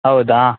ಹೌದಾ